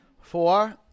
Four